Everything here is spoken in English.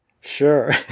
Sure